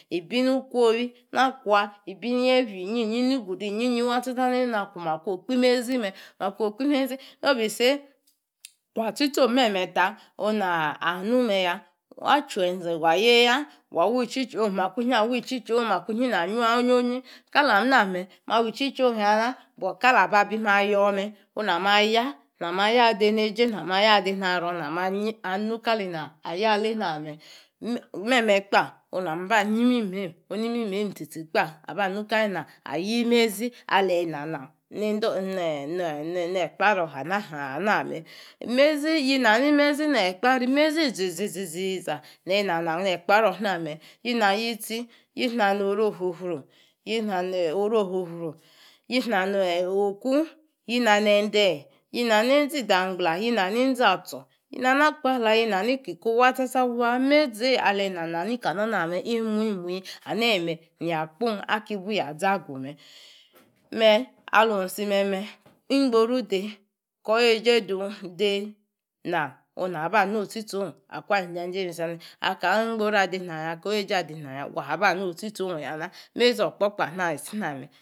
Ibinu quowi, na kwa nie fia kali gudu inyi nyi wa tsa tsa ne ni a qui makwo; kpimezi me. No be say wa tsi tsor meme ta onu nu me ya. wa chuenze wa yeya, makwinyi na wi chicha ong. Makwinyi na wi-chicha ong, makwinyi na nyaw onyonyin. Kalam na me, ma wichicha ong yana but kala ababim ayo me onu na ma ya onu na ma ya adeneje na ma ya ade na arror na ma nyi anu kale na yor alena me. Meme kpa onu nam va nyi mimem onu nimimem tsi tsi kpa aba nu kalena yimezi alenanong. Mezi, yi na nj mezi ne- kpari. imezi iziza iziza nei inangong ne-akpari. Yina nitsi, yi na noru- ofru- fru yina- no oku. yina ne eden, yinano inzi- idangbla, yinani inzastur, yinani inzastur, yinani ikiko watsa wa. Meizi, akpala, meizi eyi imiu mui; ya kpung aki hiu azagu. Me alusmeme, ingboru de, kor wei eje dun onu na be notsi tsi own akwa ninjaje me. Aka win-gboru adenong ya, ka weje de nong ya waba nostisi ong ya.